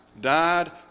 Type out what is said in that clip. died